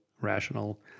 rational